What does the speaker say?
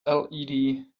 led